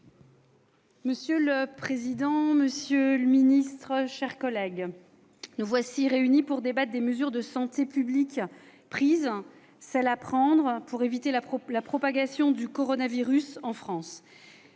Monsieur le président, monsieur le ministre, mes chers collègues, nous voici réunis pour débattre des mesures de santé publique prises, et à prendre, pour éviter la propagation du coronavirus en France.